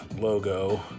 logo